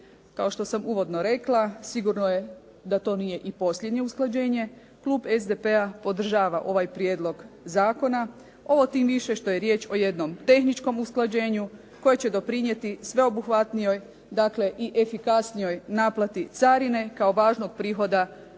kao što sam uvodno rekla, sigurno je da i to nije posljednje usklađenje klub SDP-a podržava ovaj prijedlog zakona. Ovo tim više što je riječ o jednom tehničkom usklađenju koje će doprinijeti sve obuhvatnijoj i efikasnijoj naplati carine kao važnog prihoda